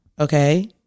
okay